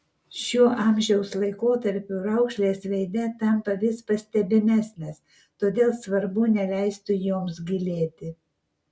šiuo amžiaus laikotarpiu raukšlės veide tampa vis pastebimesnės todėl svarbu neleisti joms gilėti